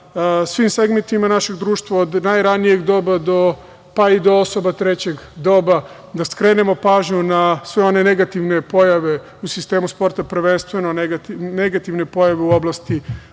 svim segmentima našeg društva, od najranijeg doba, pa i do osoba trećeg doba, da skrenemo pažnju na sve one negativne pojave u sistemu sporta, prvenstveno negativne pojave u oblasti